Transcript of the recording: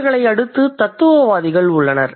இவர்களை அடுத்து தத்துவவாதிகள் உள்ளனர்